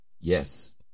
yes